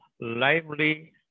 lively